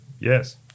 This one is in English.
Yes